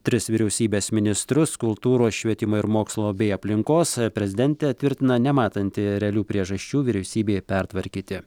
tris vyriausybės ministrus kultūros švietimo ir mokslo bei aplinkos prezidentė tvirtina nematanti realių priežasčių vyriausybei pertvarkyti